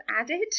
added